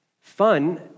fun